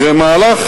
במהלך